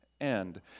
end